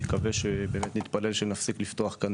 נקווה ובאמת נתפלל שנפסיק לפתוח כאן